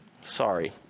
Sorry